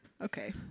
Okay